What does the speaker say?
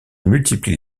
multiplie